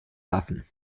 waffen